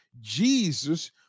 Jesus